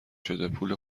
شده، پول